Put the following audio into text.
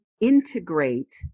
integrate